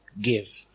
give